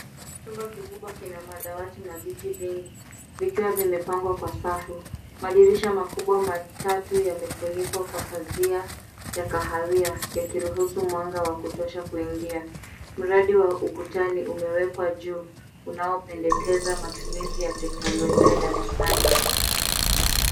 Chumba kikubwa kina madawati na viti vingi vikiwa vimepangwa kwa safu. Madirisha makubwa matatu yamefunikwa kwa pazia ya kahawia yakiruhusu mwanga wa kutosha kuingia. Mradi wa ukutani umewekwa juu unaopendekeza matumizi ya teknologia darasani.